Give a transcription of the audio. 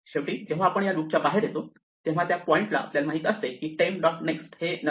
शेवटी जेव्हा आपण या लुपच्या बाहेर येतो तेव्हा त्या पॉइंटला आपल्याला माहीत असते की टेम्प डॉट नेक्स्ट हे नन आहे